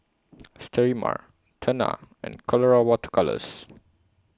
Sterimar Tena and Colora Water Colours